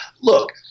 look